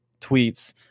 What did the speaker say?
tweets